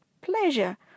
pleasure